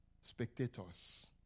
spectators